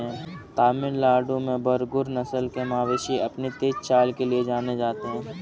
तमिलनाडु के बरगुर नस्ल के मवेशी अपनी तेज चाल के लिए जाने जाते हैं